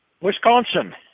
Wisconsin